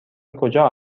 کجا